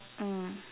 mm